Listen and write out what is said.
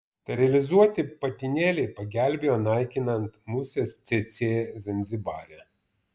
sterilizuoti patinėliai pagelbėjo naikinant muses cėcė zanzibare